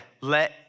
let